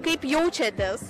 kaip jaučiatės